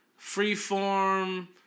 Freeform